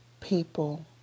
people